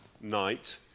night